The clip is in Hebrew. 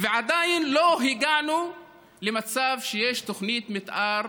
ועדיין לא הגענו למצב שיש תוכנית מתאר